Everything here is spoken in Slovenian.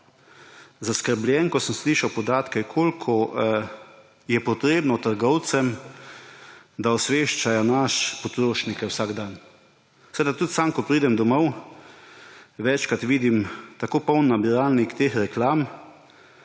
zaskrbljen, ko sem slišal podatke, koliko je potrebno trgovcem, da osveščajo nas potrošnike vsak dan. Seveda tudi sam, ko pridem domov, večkrat vidim tako poln nabiralnik teh reklam,